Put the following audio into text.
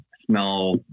smell